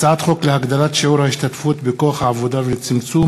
הצעת חוק להגדלת שיעור ההשתתפות בכוח העבודה ולצמצום